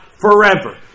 forever